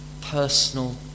Personal